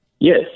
Yes